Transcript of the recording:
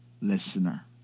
listener